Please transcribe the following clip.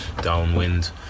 downwind